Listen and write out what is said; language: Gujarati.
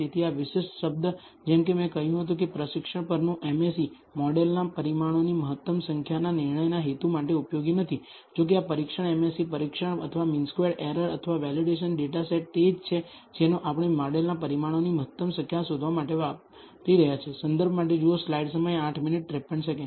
તેથી આ વિશિષ્ટ શબ્દ જેમકે મેં કહ્યું હતું કે પ્રશિક્ષણ પરનું MSE મોડેલના પરિમાણોની મહત્તમ સંખ્યાના નિર્ણયના હેતુ માટે ઉપયોગી નથી જો કે આ પરીક્ષણ MSE પરીક્ષણ અથવા મીન સ્ક્વેર્ડ એરર અથવા વેલિડેશન ડેટાસેટ તે જ છે જેનો આપણે મોડેલના પરિમાણોની મહત્તમ સંખ્યા શોધવા માટે વાપરી રહ્યા છીએ